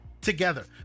together